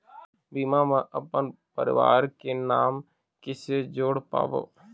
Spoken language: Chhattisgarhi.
बीमा म अपन परवार के नाम किसे जोड़ पाबो?